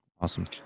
Awesome